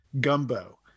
gumbo